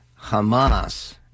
Hamas